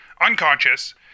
Unconscious